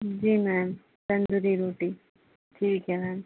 जी ma'am tandoori रोटी ठीक है मैम